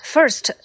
First